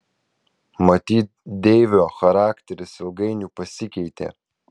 matyt deivio charakteris ilgainiui pasikeitė